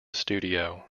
studio